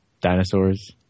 dinosaurs